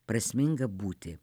prasminga būti